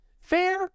fair